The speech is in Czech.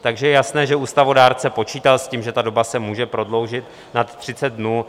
Takže je jasné, že ústavodárce počítal s tím, že ta doba se může prodloužit nad 30 dnů.